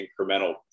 incremental